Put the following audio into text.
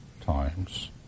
times